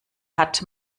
hat